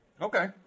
Okay